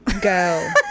Go